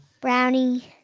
Brownie